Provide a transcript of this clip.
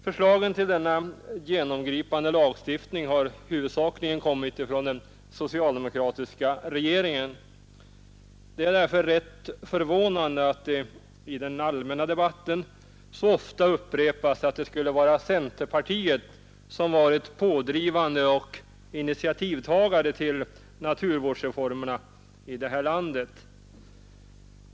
Förslagen till denna genomgripande lagstiftning har huvudsakligen kommit från den socialdemokratiska regeringen. Det är därför rätt förvånande att i den allmänna debatten så ofta upprepas att det skulle vara centerpartiet som varit pådrivare och initiativtagare till naturvårdsreformerna i det här landet.